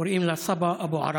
קוראים לה סבא אבו עראר,